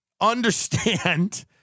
understand